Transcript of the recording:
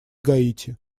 гаити